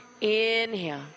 Inhale